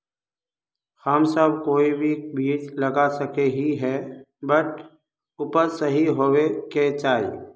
हम सब कोई भी बीज लगा सके ही है बट उपज सही होबे क्याँ चाहिए?